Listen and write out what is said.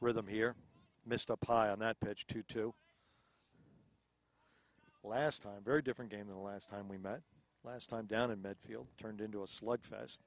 rhythm here missed up high on that pitch to two last time very different game the last time we met last time down in midfield turned into a slugfest